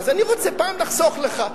אז אני רוצה פעם לחסוך לך.